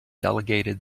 delegated